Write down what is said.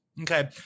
Okay